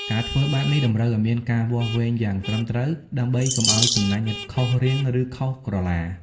ការធ្វើបែបនេះតម្រូវឲ្យមានការវាស់វែងយ៉ាងត្រឹមត្រូវ ដើម្បីកុំឲ្យសំណាញ់ខុសរាង ឬខុសក្រឡា។